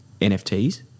NFTs